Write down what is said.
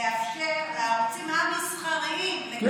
לאפשר לערוצים המסחריים לקבל, כן,